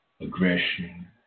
aggression